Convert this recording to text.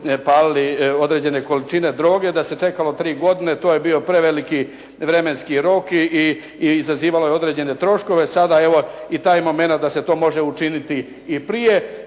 palili određene količine droge, da se čekalo tri godine. To je bio preveliki vremenski rok i zazivalo je određene troškove. Sada evo i taj momenat da se to moglo učiniti i prije.